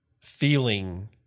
feeling